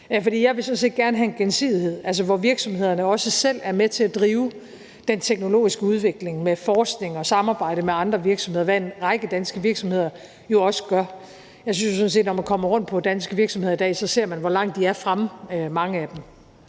set gerne have en gensidighed, altså hvor virksomhederne også selv er med til at drive den teknologiske udvikling med forskning og samarbejde med andre virksomheder, hvad en række danske virksomheder jo også gør. Jeg synes jo sådan set, at når man kommer rundt på danske virksomheder i dag, ser man, hvor langt mange af dem